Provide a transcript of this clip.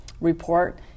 report